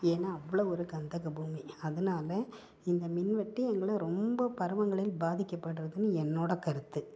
ஏன்னால் அவ்வளோ ஒரு கந்தகபூமி அதனால இந்த மின்வெட்டு எங்களை ரொம்ப பருவங்களில் பாதிக்கப்படுறதுனு என்னோட கருத்து